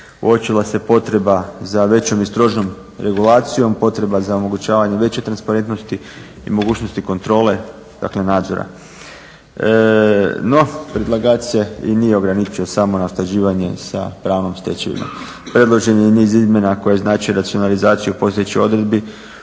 Uočila se potreba za većom i strožom regulacijom, potreba za omogućavanjem veće transparentnosti i mogućnosti kontrole, dakle nadzora. No predlagač se i nije ograničio samo na usklađivanje s pravnom stečevinom. Predložen je i niz izmjena koje znače racionalizaciju postojećih odredbi,